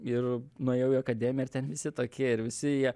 ir nuėjau į akademiją ir ten visi tokie ir visi jie